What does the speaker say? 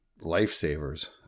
lifesavers